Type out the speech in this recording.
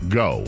go